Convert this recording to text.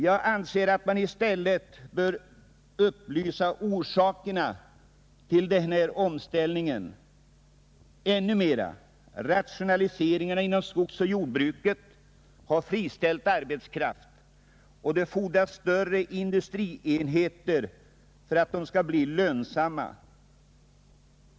Jag anser att man i stället i större utsträckning än hittills bör upplysa om orsakerna till denna omställning. Rationaliseringarna inom skogsoch jordbruket har friställt arbetskraft. Det fordras större industrienheter för att de skall bli lönsamma.